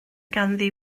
ganddi